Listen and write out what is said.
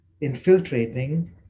infiltrating